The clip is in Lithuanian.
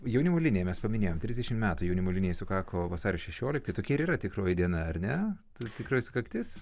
jaunimo linija mes paminėjom trisdešimt metų jaunimo linijai sukako vasario šešioliktą tokia ir yra tikroji diena ar ne tai tikrai sukaktis